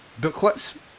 booklets